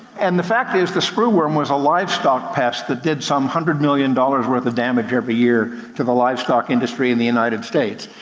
and the fact is, the screw worm was a livestock pass that did some hundred million dollars worth of damage every year to the livestock industry in the united states.